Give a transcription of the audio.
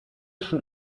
schon